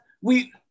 We-